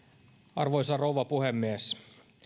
arvoisa rouva puhemies